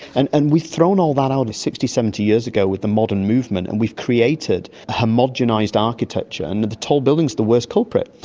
and and we've thrown all that out sixty, seventy years ago with the modern movement, and we've created a homogenised architecture, and the tall building is the worst culprit.